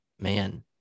man